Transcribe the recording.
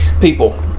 people